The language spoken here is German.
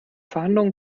verhandlungen